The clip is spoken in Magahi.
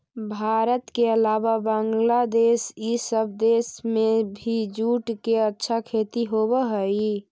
भारत के अलावा बंग्लादेश इ सब देश में भी जूट के अच्छा खेती होवऽ हई